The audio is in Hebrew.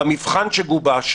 במבחן שגובש,